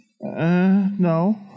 no